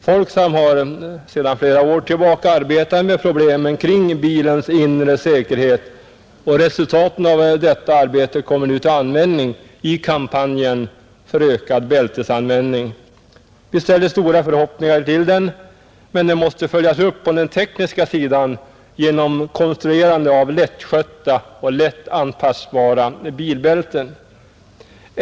Folksam har sedan flera år tillbaka arbetat med problemen kring bilens inre säkerhet, och resultaten av detta arbete kommer nu till användning i kampanjen för ökad bältesanvändning. Vi ställer stora förhoppningar till den, men den måste följas upp på den tekniska sidan genom konstruerande av lättskötta och lätt anpassbara bilbälten.